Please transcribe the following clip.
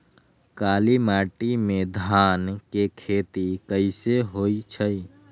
काली माटी में धान के खेती कईसे होइ छइ?